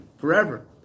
forever